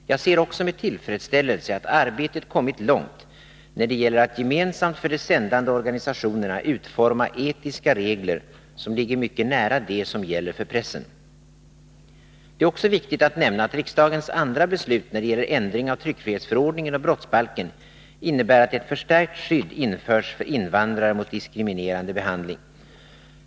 Jag ser också med tillfredsställelse att arbetet kommit långt när det gäller att gemensamt för de sändande organisationerna utforma etiska regler som ligger mycket nära de regler som gäller för pressen. Det är också viktigt att nämna att riksdagens andra beslut när det gäller ändring av tryckfrihetsförordningen och brottsbalken innebär att ett förstärkt skydd införs för invandrare mot diskriminerande behandling.